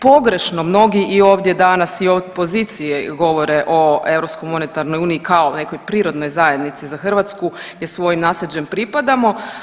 Pogrešno mnogi i ovdje danas i od pozicije govore o Europskoj monetarnoj uniji kao nekoj prirodnoj zajednici za Hrvatsku jer svojim nasljeđem pripadamo.